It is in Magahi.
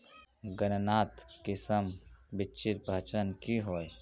गन्नात किसम बिच्चिर पहचान की होय?